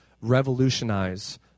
revolutionize